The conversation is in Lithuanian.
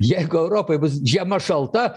jeigu europai bus žiema šalta